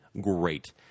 great